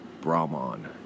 Brahman